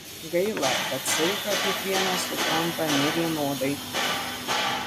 gaila kad saiką kiekvienas supranta nevienodai